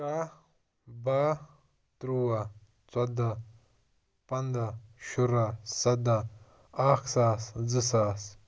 کاہ باہ ترٛوواہ ژۅداہ پَنٛداہ شُراہ سداہ اکھ ساس زٕ ساس